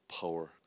power